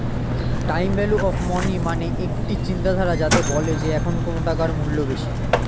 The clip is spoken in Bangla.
টাইম ভ্যালু অফ মনি মানে একটা চিন্তাধারা যাতে বলে যে এখন কোন টাকার মূল্য বেশি